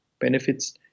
benefits